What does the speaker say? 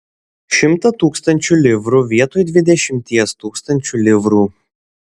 šimtą tūkstančių livrų vietoj dvidešimties tūkstančių livrų